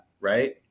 right